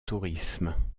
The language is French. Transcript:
tourisme